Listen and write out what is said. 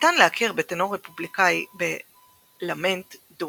ניתן להכיר בטנור רפובליקאי ב-L'amante du